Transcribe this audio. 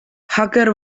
hacker